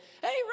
hey